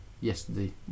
yesterday